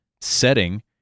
setting